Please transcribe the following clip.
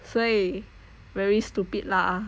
所以 very stupid lah